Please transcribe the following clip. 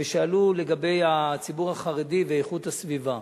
ושאלו לגבי הציבור החרדי ואיכות הסביבה.